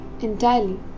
entirely